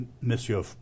Monsieur